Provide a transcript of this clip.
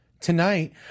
Tonight